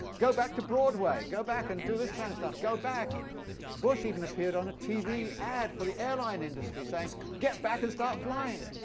go back to broadway. go back and do this kind of stuff go back bush even appeared on a tv ad for the airline industry, saying get back and start flying.